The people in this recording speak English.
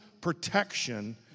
protection